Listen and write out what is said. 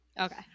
Okay